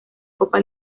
copa